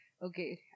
Okay